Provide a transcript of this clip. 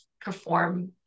perform